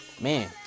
man